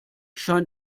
scheint